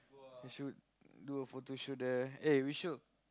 we should do a photo shoot there eh we should